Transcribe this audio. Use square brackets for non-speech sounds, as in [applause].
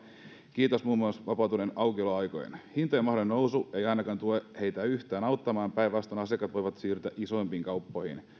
kiitos muun muassa vapautuneiden aukioloaikojen hintojen mahdollinen nousu ei ainakaan tue heitä yhtään eikä auta päinvastoin asiakkaat voivat siirtyä isompiin kauppoihin [unintelligible]